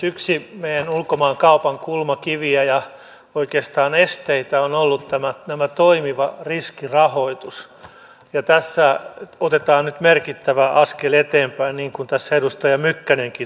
yksi meidän ulkomaankauppamme kulmakiviä ja oikeastaan esteitä on ollut tämä riskirahoitus ja tässä otetaan nyt merkittävä askel eteenpäin niin kuin edustaja mykkänenkin totesi